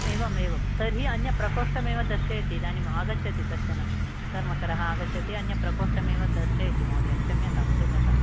एवम् एवं तर्हि अन्यप्रकोष्ठमेव दर्शयति इदानीम् आगच्छति कश्चनः कर्मकरः आगच्छति अन्यप्रकोष्ठमेव दर्शयति महोदय क्षम्यतां क्षम्यताम्